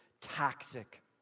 toxic